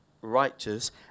righteous